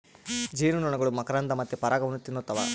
ಜೇನುನೊಣಗಳು ಮಕರಂದ ಮತ್ತೆ ಪರಾಗವನ್ನ ತಿನ್ನುತ್ತವ